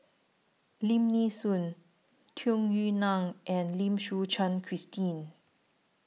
Lim Nee Soon Tung Yue Nang and Lim Suchen Christine